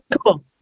cool